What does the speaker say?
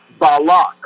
Balak